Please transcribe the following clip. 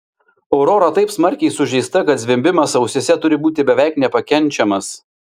aurora taip smarkiai sužeista kad zvimbimas ausyse turi būti beveik nepakenčiamas